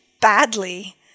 badly